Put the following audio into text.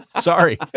Sorry